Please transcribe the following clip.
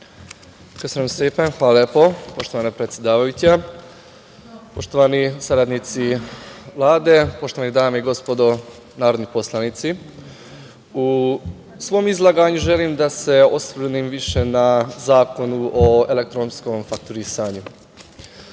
Hvala lepo, poštovana predsedavajuća. Poštovani saradnici Vlade, poštovani dame i gospodo narodni poslanici, u svom izlaganju želim da se osvrnem više na Zakon o elektronskom fakturisanju.